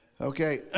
Okay